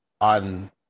on